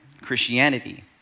Christianity